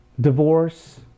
divorce